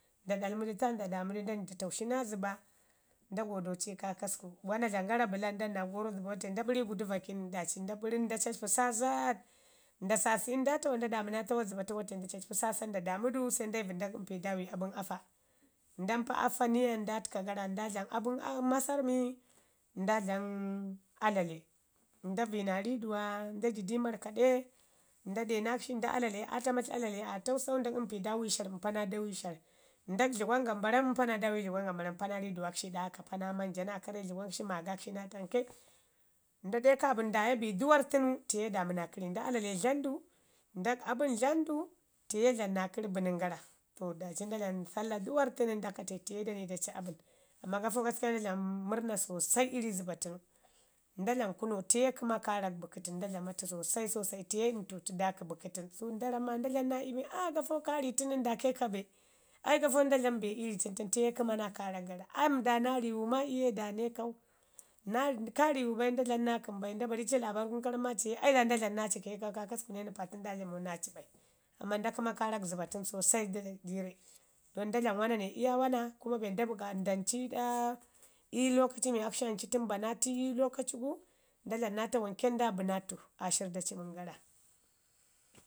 Nda ɗalmi du nda damu du dan da taushi naa zəba nda godoti kaakasku, wana dlamun gara bəlan, ndan naa gorro zəba wate nda ɓəri gudu vakin daaci nda ɓari gudu vakin daaci nda ɓarin nda cacpi saasaɗ nda nda damu naa tawas jəba tən mate nda cacpi saasaɗ nda damu du se nda ivu ndak daami abən afa. Nda mpa afa niya nda təka gara, nda dlam abən masarrmi nda dlan alale, nda vəyi naa riduwa, ndaji naa mar kaɗe, nda de nakshi nda alale aa tamatal alale aa tausau, nda mpi daawai shar mpa naa daami shar, ndak dlegwam gambaram mpa naa dami dləgwan gambaram pa naa riiduwar shi iiɗa aka, pa naa manja naa karren dləgwanshi magakshi naa tamke. Nda deu kapən nda yi dirwarri tiye damu naa kəri, nda alale dlamu dui ndak abən dlamu dui tiye dlamu naa kəri dlamun gara. To daaci nda dlamu salla duuwarr tənu nda katai tiye da ci abən. Amma gaskiya gato nda dlamu murrna sosai iiri zə ba tənui nda dlamu kuna tiye kəma naa karak bəki təni nda dama tu sosai sosai tiye ntutu da iki bəki tən, su nda ramu maa nda dlamu naa iyu bii nən gafa ka ri tən nən da ika be, ai gafo nda dlamu be iiri tən tən tiye kəma naa karak gara, am da naa rimu ma da na ikau. "Na ri kaa rimu bai nda dlamu naa kəm bai.” Nda bari ci laabarr gun ka ramu maa ciye aida nda dlamu naa ci ke kaakasku ne nupatu nda dlamau naa ci bai. Amma nda kəma karak zəba tən sosai jiirre, don nda dlamu mana ne iya wana, kuma be nda buƙa ndan ciɗa ii lokaci mii akshi ancu tən bana atu ii lokaci gu nda dlamu naa taman ke nda bi naa atuiaashira da cimən gara